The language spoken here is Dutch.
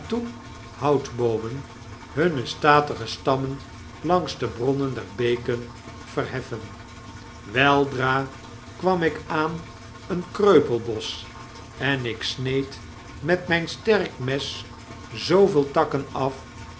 waardereusachtige katoenhoutboomen hunne statige stammen langs de bronnen der beken verheffen weldra kwam ik aan een kreupelbosch en ik sneed met mijn sterk meszoovele takken af